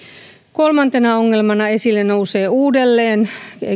kolmantena ongelmana esille nousee uudelleen